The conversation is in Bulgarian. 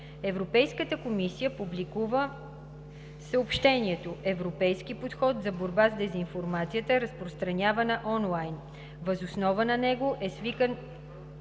Европейската комисия публикува съобщението „Европейски подход за борба с дезинформацията, разпространявана онлайн“. Въз основа на него е свикан